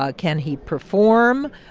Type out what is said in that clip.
ah can he perform?